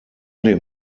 dem